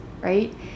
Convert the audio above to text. right